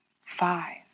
Five